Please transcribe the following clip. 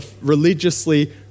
religiously